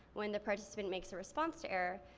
when the participant makes a response to error,